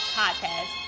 podcast